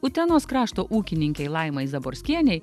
utenos krašto ūkininkei laimai zaborskienei